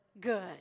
good